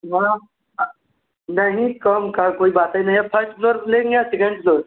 हाँ नहीं कम की कोई बात ही नहीं है आप फ़र्स्ट फ़्लोर लेंगे या सेकेंड फ़्लोर